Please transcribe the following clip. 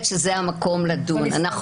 בהחלט המקום לדון בו בזה,